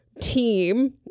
team